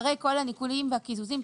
אחרי כל הניכויים והקיזוזים,